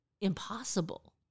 impossible